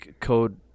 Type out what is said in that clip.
Code